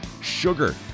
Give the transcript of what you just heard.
sugar